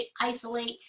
isolate